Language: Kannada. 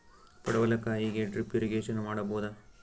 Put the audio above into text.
ಪಡವಲಕಾಯಿಗೆ ಡ್ರಿಪ್ ಇರಿಗೇಶನ್ ಮಾಡಬೋದ?